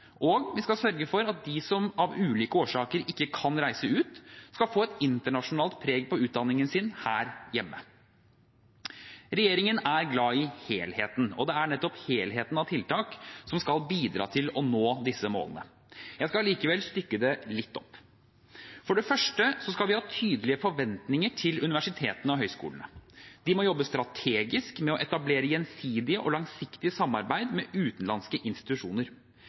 Og vi skal sørge for at de som av ulike årsaker ikke kan reise ut, skal få et internasjonalt preg på utdanningen sin her hjemme. Regjeringen er glad i helheten, og det er nettopp helheten av tiltak som skal bidra til at vi når disse målene. Jeg skal likevel stykke det litt opp. For det første skal vi ha tydelige forventninger til universitetene og høyskolene. De må jobbe strategisk med å etablere et gjensidig og langsiktig samarbeid med utenlandske institusjoner.